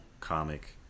comic